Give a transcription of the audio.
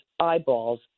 eyeballs